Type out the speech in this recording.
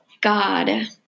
God